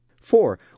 Four